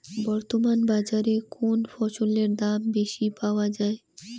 বর্তমান বাজারে কোন ফসলের দাম বেশি পাওয়া য়ায়?